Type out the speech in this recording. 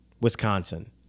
Wisconsin